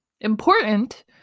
Important